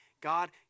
God